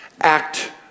act